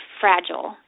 fragile